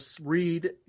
read